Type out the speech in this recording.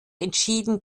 entschieden